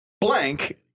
Blank